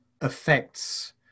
affects